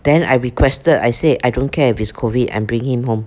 then I requested I said I don't care if it's COVID I'm bringing him home